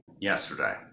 yesterday